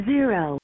Zero